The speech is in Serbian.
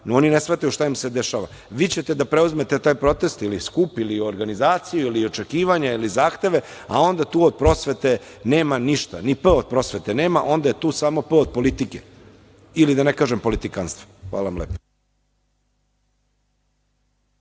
oni ne shvataju šta im se dešava, vi ćete da preuzmete te proteste ili skup ili organizaciju ili očekivanje ili zahteve, a onda tu od prosvete nema ništa, ni „p“ od prosvete. Nema, onda je tu samo „p“ od politike ili da ne kažem politikanstva. Hvala vam lepo.